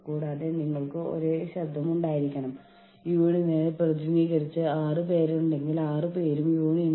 കൂടാതെ ഒരു യൂണിയൻ രൂപീകരിച്ചാൽ ഒരു പണിമുടക്ക് ഉണ്ടാകാം